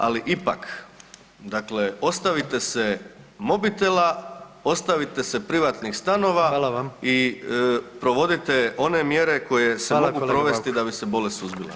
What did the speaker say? Ali ipak dakle ostavite se mobitela, ostavite se privatnih stanova i provodite one mjere koje se mogu provesti da bi se bolest suzbila.